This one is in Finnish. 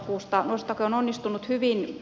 nuorisotakuu on onnistunut hyvin